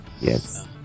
Yes